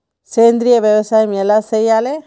సేంద్రీయ వ్యవసాయం ఎలా చెయ్యాలే?